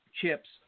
chips